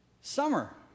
summer